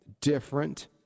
Different